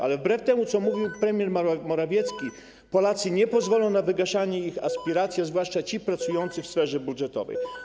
Ale wbrew temu, co mówił premier Morawiecki, Polacy nie pozwolą na wygaszanie ich aspiracji, a zwłaszcza ci pracujący w sferze budżetowej.